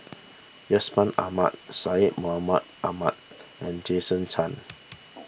Yusman Aman Syed Mohamed Ahmed and Jason Chan